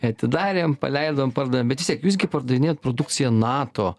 atidarėm paleidom pardavėm bet vis tiek jūs gi pardavinėjat produkciją nato